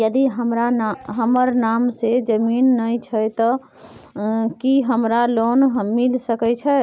यदि हमर नाम से ज़मीन नय छै ते की हमरा लोन मिल सके छै?